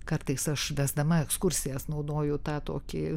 kartais aš vesdama ekskursijas naudoju tą tokį